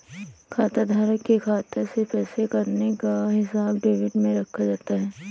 खाताधारक के खाता से पैसे कटने का हिसाब डेबिट में रखा जाता है